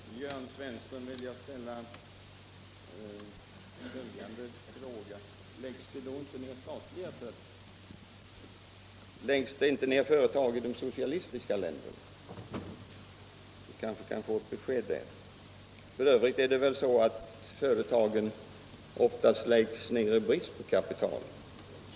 Herr talman! Jag vill ställa ett par frågor till Jörn Svensson: Läggs det inte ner statliga företag? Läggs det inte ner företag i de socialistiska länderna? Vi kanske kan få ett besked på den punkten. För övrigt är det väl så, föreställer jag mig, att företag oftast läggs ner i brist på kapital.